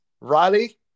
Riley